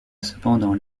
cependant